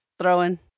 throwing